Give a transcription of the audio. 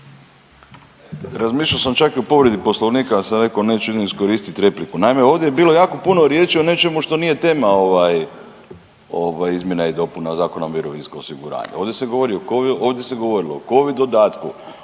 Razmišljao sam čak i o povredi poslovnika, pa sam reko neću idem iskoristit repliku. Naime, ovdje je bilo jako puno riječi o nečemu što nije tema ovaj ovaj izmjena i dopuna Zakona o mirovinskom osiguranju, ovdje se govori o covid,